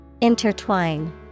Intertwine